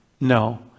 No